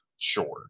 Sure